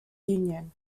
union